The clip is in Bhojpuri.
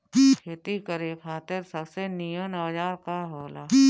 खेती करे खातिर सबसे नीमन औजार का हो ला?